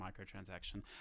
microtransaction